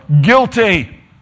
guilty